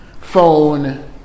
phone